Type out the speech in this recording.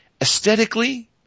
aesthetically